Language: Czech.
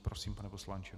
Prosím, pane poslanče.